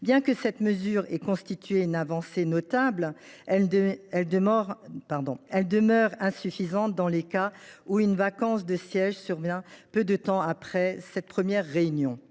Bien que cette mesure ait constitué une avancée notable, elle demeure insuffisante dans les cas où une vacance de sièges survient peu de temps après cette première réunion.